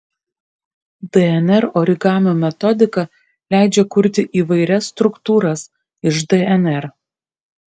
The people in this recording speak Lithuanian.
dnr origamio metodika leidžia kurti įvairias struktūras iš dnr